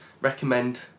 recommend